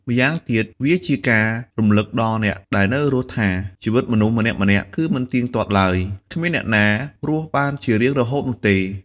ម្យ៉ាងទៀត វាជាការរំលឹកដល់អ្នកដែលនៅរស់ថា ជីវិតមនុស្សម្នាក់ៗគឺមិនទៀងទាត់ឡើយ គ្មានអ្នកណារស់បានជារៀងរហូតនោះទេ។